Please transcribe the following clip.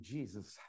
Jesus